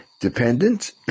dependent